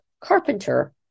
Carpenter